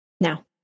now